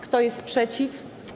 Kto jest przeciw?